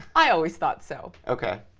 i always thought so. ok.